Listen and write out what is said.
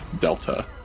delta